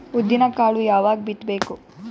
ಉದ್ದಿನಕಾಳು ಯಾವಾಗ ಬಿತ್ತು ಬೇಕು?